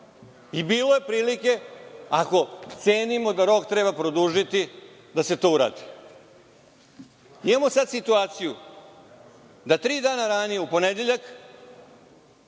i bilo je prilike, ako cenimo da rok treba produžiti, da se to uradi. Imamo sada situaciju da tri dana ranije, u ponedeljak,